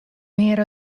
mear